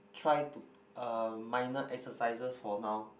try to uh minor exercises for now